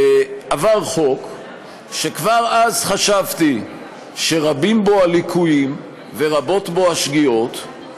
ועבר חוק שכבר אז חשבתי שרבים בו הליקויים ורבות בו השגיאות.